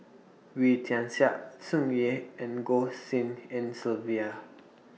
Wee Tian Siak Tsung Yeh and Goh Tshin En Sylvia